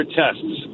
tests